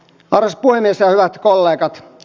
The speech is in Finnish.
arvoisa puhemies ja hyvät kollegat